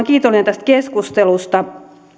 kiitollinen tästä keskustelusta